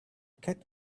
cat